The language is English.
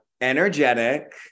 energetic